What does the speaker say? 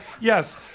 yes